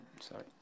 Sorry